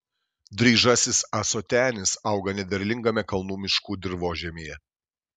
dryžasis ąsotenis auga nederlingame kalnų miškų dirvožemyje